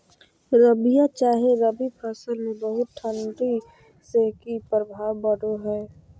रबिया चाहे रवि फसल में बहुत ठंडी से की प्रभाव पड़ो है?